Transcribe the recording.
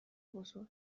بزرگ